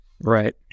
Right